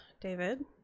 David